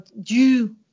due